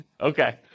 Okay